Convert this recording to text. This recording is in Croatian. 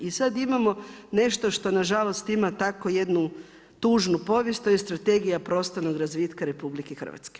I sada imamo nešto što nažalost ima tako jednu tužnu povijest to je Strategija prostornog razvitka RH.